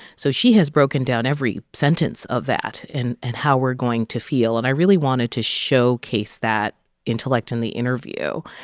so she has broken down every sentence of that and how we're going to feel. and i really wanted to showcase that intellect in the interview.